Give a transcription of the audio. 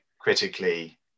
critically